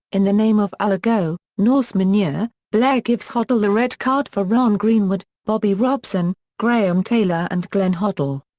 in the name of allah go, norse manure, blair gives hoddle the red card for ron greenwood, bobby robson, graham taylor and glenn hoddle.